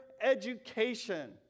education